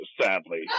sadly